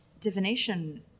divination